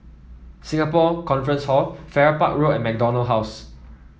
Singapore Conference Hall Farrer Park Road and MacDonald House